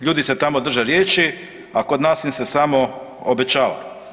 Ljudi se tamo drže riječi, a kod nas im se samo obećava.